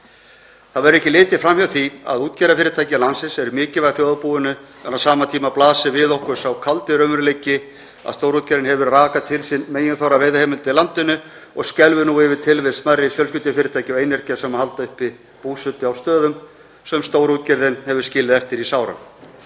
Það verður ekki litið fram hjá því að útgerðarfyrirtæki landsins eru mikilvæg þjóðarbúinu en á sama tíma blasir við okkur sá kaldi raunveruleiki að stórútgerðin hefur rakað til sín meginþorra veiðiheimilda í landinu og skelfur nú yfir tilvist smærri fjölskyldufyrirtækja og einyrkja sem halda uppi búsetu á stöðum sem stórútgerðin hefur skilið eftir í sárum.